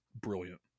brilliant